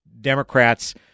Democrats